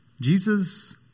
Jesus